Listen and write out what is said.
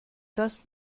das